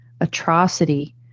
atrocity